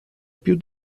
più